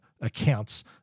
accounts